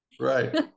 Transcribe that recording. Right